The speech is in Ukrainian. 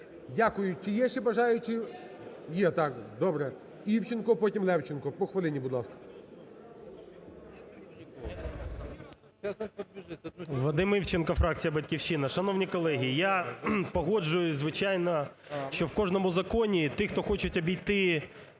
Дякую. Чи є ще бажаючі? Є, так, добре. Івченко, потім – Левченко. По хвилині, будь ласка. 16:46:31 ІВЧЕНКО В.Є. Вадим Івченко, фракція "Батьківщина". Шановні колеги, я погоджуюсь, звичайно, що в кожному законі тих, хто хочуть обійти